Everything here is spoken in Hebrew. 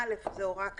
(א) זה הוראה כללית,